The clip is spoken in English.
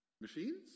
Machines